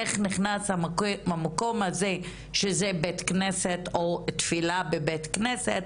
איך נכנס המקום הזה שזה בית כנסת או תפילה בבית כנסת,